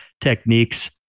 techniques